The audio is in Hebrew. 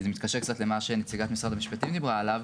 זה מתקשר קצת למה שנציגת משרד המשפטים דיברה עליו,